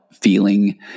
feeling